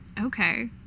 Okay